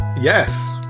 Yes